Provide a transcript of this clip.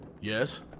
Yes